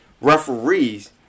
referees